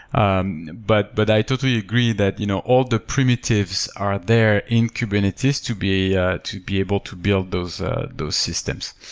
um but but i totally agree that you know all the primitives are there in kubernetes to be ah to be able to build those ah those systems.